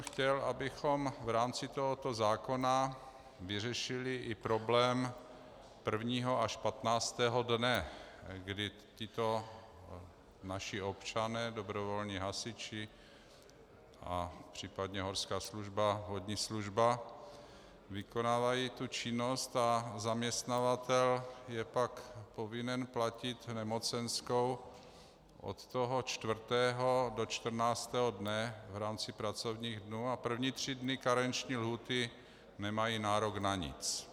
Chtěl jsem, abychom v rámci tohoto zákona vyřešili i problém prvního až patnáctého dne, kdy tito naši občané, dobrovolní hasiči a případně horská služba, vodní služba, vykonávají tu činnost a zaměstnavatel je pak povinen platit nemocenskou od toho čtvrtého do čtrnáctého dne v rámci pracovních dnů a první tři dny karenční lhůty nemají nárok na nic.